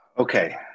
Okay